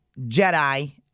Jedi